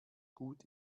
gut